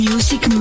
Music